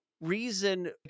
reason